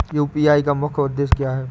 UPI का मुख्य उद्देश्य क्या है?